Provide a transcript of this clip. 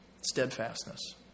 Steadfastness